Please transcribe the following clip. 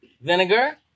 Vinegar